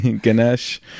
Ganesh